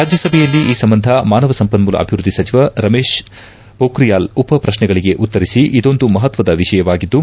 ರಾಜ್ಙ ಸಭೆಯಲ್ಲಿ ಈ ಸಂಬಂಧ ಮಾನವ ಸಂಪನ್ನೂಲ ಅಭಿವೃದ್ದಿ ಸಚಿವ ರಮೇಶ್ ಪೋಕ್ರಿಯಾಲ್ ಉಪ ಪ್ರಶ್ನೆಗಳಗೆ ಉತ್ತರಿಸಿ ಇದೊಂದು ಮಹತ್ವದ ವಿಷಯವಾಗಿದ್ದು